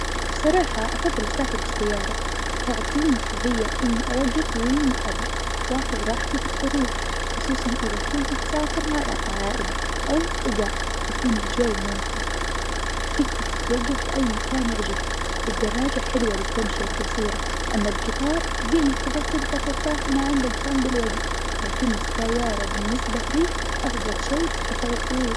بصراحة أفظل أسافر بالسيارة تعطيني حرية إني أوقف وين ما أبي وأخذ راحتي بالطريق، خصوصا إذا كنت تسافر مع العائلة أو الأصدقاء يكون الجو ممتع وتقدر تتوقف بأي مكان يعجبك. الدراجة حلوة للتمشية القصيرة. أما القطار زين إذا تبغى ترتاح وما عندك هم بالوقت، لكن السيارة بالنسبة لي أفظل شي للسفر الطويل.